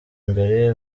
imbere